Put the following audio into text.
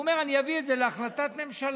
והוא אומר: אני אביא את זה להחלטת ממשלה.